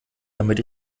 damit